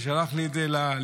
ששלח לי את זה ללשכה.